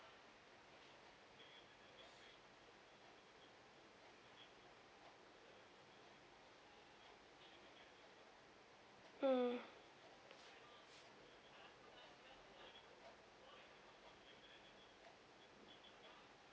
mm